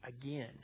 again